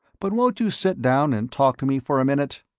but won't you sit down and talk to me for a minute?